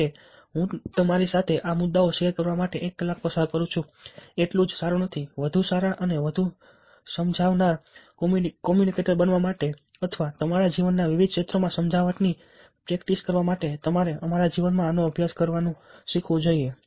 જો કે હું તમારી સાથે આ મુદ્દાઓ શેર કરવા માટે એક કલાક પસાર કરું એટલું જ સારું નથી વધુ સારા અને વધુ સમજાવનાર કોમ્યુનિકેટર બનવા માટે અથવા તમારા જીવનના વિવિધ ક્ષેત્રોમાં સમજાવટની પ્રેક્ટિસ કરવા માટે તમારે તમારા જીવનમાં આનો અભ્યાસ કરવાનું શીખવું જોઈએ